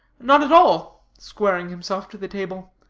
none at all, squaring himself to the table.